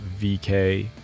vk